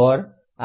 और